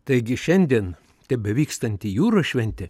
taigi šiandien tebevykstanti jūros šventė